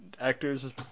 actors